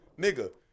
nigga